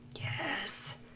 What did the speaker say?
Yes